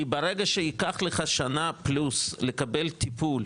כי ברגע שייקח לך שנה פלוס לקבל טיפול,